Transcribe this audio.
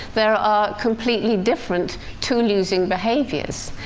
there are completely different tool-using behaviors.